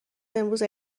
امروز